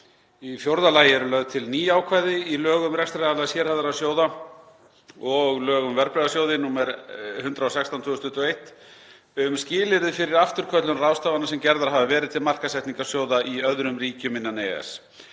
Í fjórða lagi eru lögð til ný ákvæði í lög um rekstraraðila sérhæfðra sjóða og lög um verðbréfasjóði, nr. 116/2021, um skilyrði fyrir afturköllun ráðstafana sem gerðar hafa verið til markaðssetningar sjóða í öðrum ríkjum innan EES.